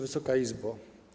Wysoka Izbo!